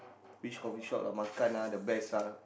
which coffee shop lah makan ah the best ah